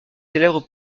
célèbre